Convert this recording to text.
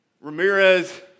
Ramirez